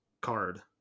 card